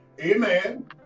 Amen